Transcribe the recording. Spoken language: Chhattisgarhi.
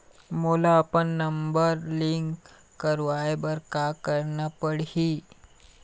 मोला अपन नंबर लिंक करवाये बर का करना पड़ही?